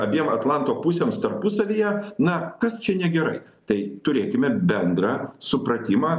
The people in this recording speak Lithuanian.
abiem atlanto pusėms tarpusavyje na kas čia negerai tai turėkime bendrą supratimą